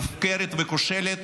מופקרת וכושלת,